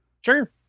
Sure